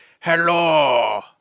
Hello